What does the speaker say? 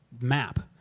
map